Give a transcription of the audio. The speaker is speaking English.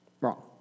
Wrong